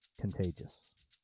contagious